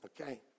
Okay